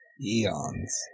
Eons